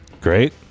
Great